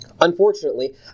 Unfortunately